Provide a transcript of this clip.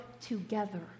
together